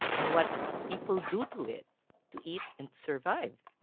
and what people do to it to eat and survive.